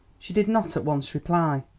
she did not at once reply.